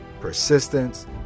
persistence